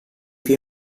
più